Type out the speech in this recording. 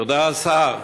תודה, השר.